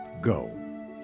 Go